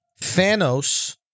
Thanos